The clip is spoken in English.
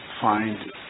find